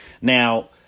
Now